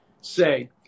say